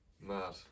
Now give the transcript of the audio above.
Mad